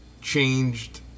changed